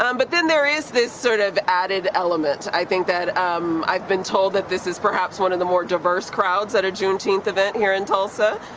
um but then there is this sort of added element. i think that um i've been told that this is perhaps one of the more diverse crowds at a juneteenth event here in tulsa.